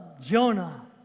Jonah